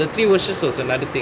the three wishes was another thing